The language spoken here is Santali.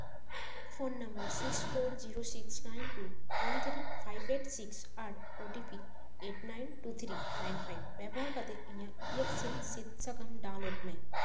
phone number six four zero six nine two one three five eight six ᱟᱨ O T P eight nine two three nine five ᱵᱮᱵᱚᱦᱟᱨ ᱠᱟᱛᱮ ᱤᱧᱟᱹᱜ ᱤᱭᱮᱠᱥᱤᱱ ᱥᱤᱫ ᱥᱟᱠᱟᱢ ᱰᱟᱣᱩᱱᱞᱳᱰ ᱢᱮ